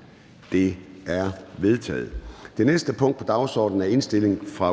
(UFG) og Jacob Mark (SF). Kl. 10:01 Forhandling Formanden (Søren Gade): Fra